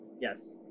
Yes